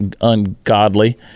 ungodly